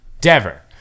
Dever